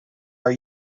are